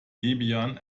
debian